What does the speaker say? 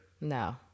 No